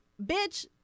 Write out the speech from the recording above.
bitch